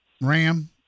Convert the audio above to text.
Ram